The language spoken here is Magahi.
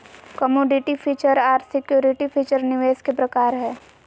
कमोडिटी फीचर आर सिक्योरिटी फीचर निवेश के प्रकार हय